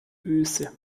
öse